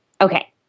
okay